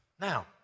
Now